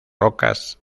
rocas